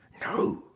No